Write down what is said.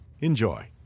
Enjoy